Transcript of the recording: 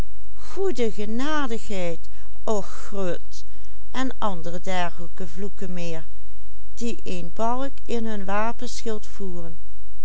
en andere dergelijke vloeken meer die een balk in hun wapenschild voeren